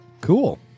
Cool